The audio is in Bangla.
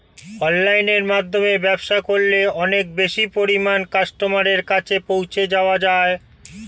অনলাইনের মাধ্যমে ব্যবসা করলে অনেক বেশি পরিমাণে কাস্টমারের কাছে পৌঁছে যাওয়া যায়?